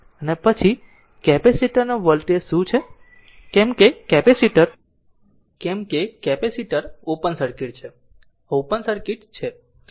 અને પછી કેપેસિટર નો વોલ્ટેજ શું છે કેમ કે કેપેસિટર ઓપન સર્કિટ છે આ ઓપન સર્કિટ છે